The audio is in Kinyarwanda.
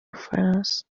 bufaransa